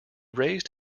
raised